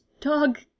dog